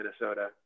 Minnesota